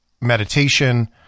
meditation